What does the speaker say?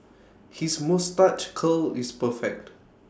his moustache curl is perfect